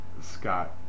Scott